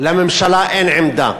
לממשלה אין עמדה.